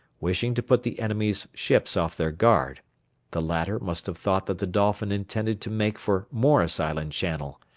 wishing to put the enemies' ships off their guard the latter must have thought that the dolphin intended to make for morris island channel.